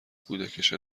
کودکش